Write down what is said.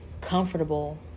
comfortable